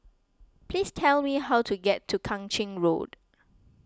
please tell me how to get to Kang Ching Road